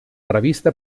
revista